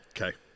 Okay